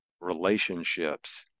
relationships